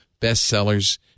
bestsellers